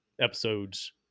episodes